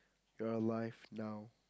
your life now